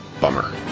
Bummer